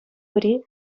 пӗри